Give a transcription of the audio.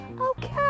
okay